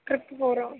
trip போகிறோம்